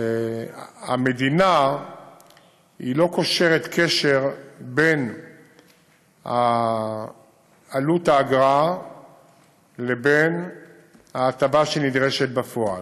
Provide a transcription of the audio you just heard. המדינה לא קושרת קשר בין עלות האגרה לבין ההטבה שנדרשת בפועל.